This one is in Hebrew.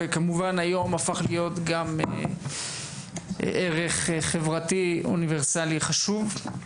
וכמובן היום הפך להיות גם ערך חברתי אוניברסלי חשוב.